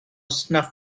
snuff